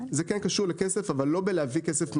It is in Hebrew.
זה כן קשור לכסף אבל לא בלהביא כסף מהמדינה,